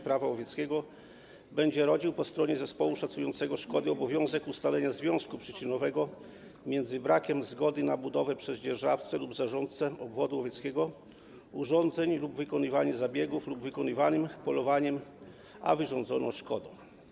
Prawa łowieckiego będzie rodził po stronie zespołu szacującego szkody obowiązek ustalenia związku przyczynowego między brakiem zgody na budowę przez dzierżawcę lub zarządcę obwodu łowieckiego urządzeń lub wykonywanie zabiegów lub wykonywanym polowaniem a wyrządzoną szkodą.